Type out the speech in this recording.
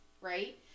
right